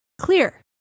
Clear